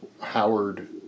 Howard